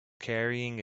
carrying